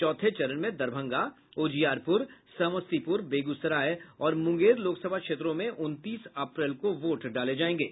चौथे चरण में दरभंगा उजियारपुर समस्तीपुर बेगूसराय और मुंगेर लोकसभा क्षेत्रों में उनतीस अप्रैल को वोट डाले जायेंगे